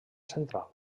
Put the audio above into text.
central